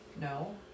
No